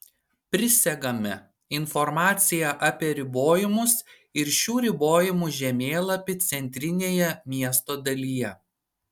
prisegame informaciją apie ribojimus ir šių ribojimų žemėlapį centrinėje miesto dalyje